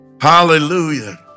Hallelujah